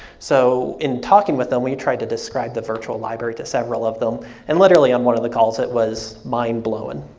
so in talking with them, we tried to describe the virtual library to several of them and literally on one of the calls it was mind blowing.